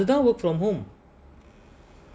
I that time work from home